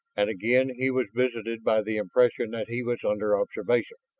and again he was visited by the impression that he was under observation.